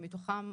מתוכם,